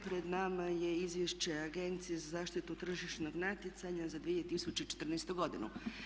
Pred nama je Izvješće Agencije za zaštitu tržišnog natjecanja za 2014. godinu.